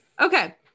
Okay